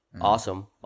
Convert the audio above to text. Awesome